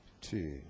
two